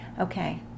Okay